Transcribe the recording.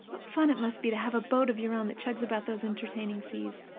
what fun it must be to have a boat of your own that chugs about those entertaining seas!